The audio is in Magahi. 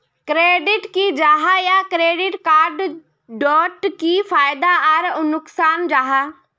क्रेडिट की जाहा या क्रेडिट कार्ड डोट की फायदा आर नुकसान जाहा?